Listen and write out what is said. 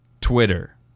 Twitter